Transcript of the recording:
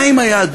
מה עם היהדות